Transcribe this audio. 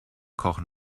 kochen